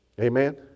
Amen